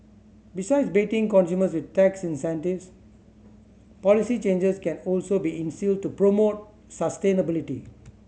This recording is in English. besides baiting consumers with tax incentives policy changes can also be instilled to promote sustainability